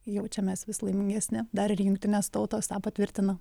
jaučiamės vis laimingesni dar ir jungtinės tautos tą patvirtina